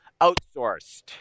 outsourced